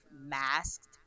masked